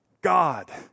God